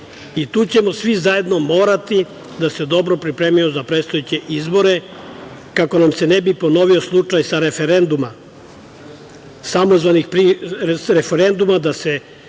i tu ćemo svi zajedno morati da se dobro pripremimo za predstojeće izbore, kako nam se ne bi ponovio slučaj sa referenduma, da se delu našeg